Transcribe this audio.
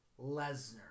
Lesnar